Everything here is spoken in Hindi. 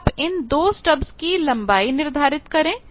अब आप इन 2 स्टब की लंबाई निर्धारित करें